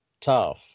tough